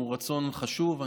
הוא רצון חשוב,